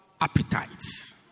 appetites